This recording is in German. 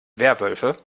werwölfe